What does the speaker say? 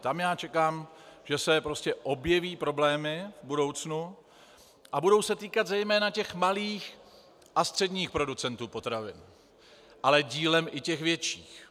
Tam já čekám, že se objeví problémy v budoucnu, a budou se týkat zejména těch malých a středních producentů potravin, ale dílem i těch větších.